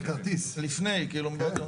לפי הזמנות.